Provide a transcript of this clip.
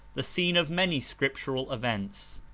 the scene of many scriptural events.